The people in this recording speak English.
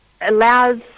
allows